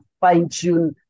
fine-tune